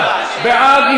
בעד.